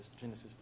Genesis